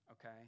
Okay